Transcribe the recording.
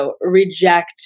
reject